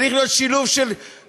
זה צריך להיות שילוב גם של ניימאר,